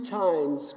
times